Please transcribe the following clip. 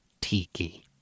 tiki